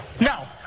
No